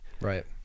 Right